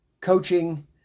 coaching